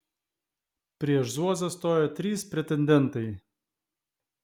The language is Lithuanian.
prieš zuozą stojo trys pretendentai